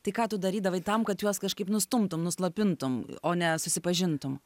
tai ką tu darydavai tam kad juos kažkaip nustumtum nuslopintum o ne susipažintum